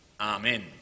Amen